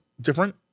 different